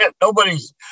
Nobody's